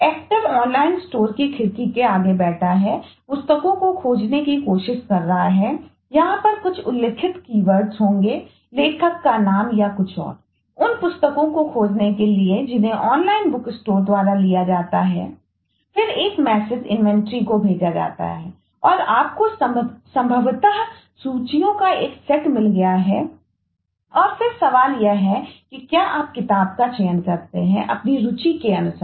actor को भेजा जाता है और आपको संभवतः सूचियों का एक सेट मिल गया है और फिर सवाल यह है कि क्या आप किताब का चयन करते हैं अपनी रूचि के अनुसार